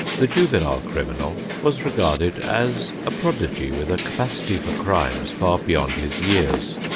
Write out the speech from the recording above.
the juvenile criminal was regarded as a prodigy with a capacity for crimes far beyond his years.